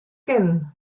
kinnen